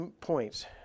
points